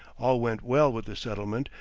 all went well with the settlement,